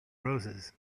roses